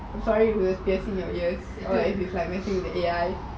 sorry if it's piercing your ears or messing with your A_I